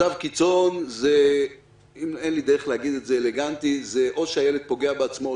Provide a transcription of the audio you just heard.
מצב קיצון אין לי דרך להגיד את זה אלגנטית: זה או שהילד פוגע בעצמו,